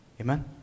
Amen